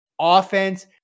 offense